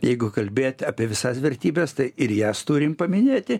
jeigu kalbėt apie visas vertybes tai ir jas turim paminėti